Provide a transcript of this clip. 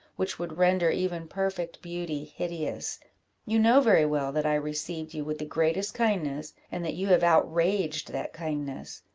which would render even perfect beauty hideous you know very well that i received you with the greatest kindness, and that you have outraged that kindness.